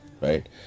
right